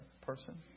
person